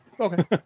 Okay